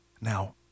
Now